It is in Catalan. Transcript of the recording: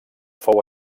fou